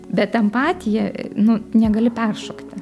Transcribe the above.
bet empatija nu negali peršokti